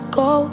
go